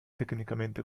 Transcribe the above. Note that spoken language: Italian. tecnicamente